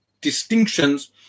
distinctions